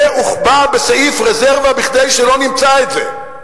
זה הוחבא בסעיף רזרבה כדי שלא נמצא את זה.